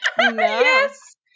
Yes